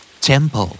Temple